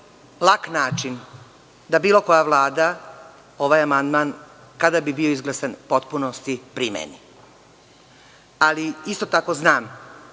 lak način da bilo koja vlada ovaj amandman, kada bi bio izglasan, u potpunosti primeni, ali isto tako znam